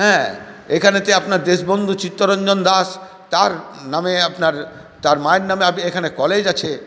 হ্যাঁ এখানে আপনার দেশবন্ধু চিত্তরঞ্জন দাশ তার নামে আপনার তার মায়ের নামে এখানে কলেজ আছে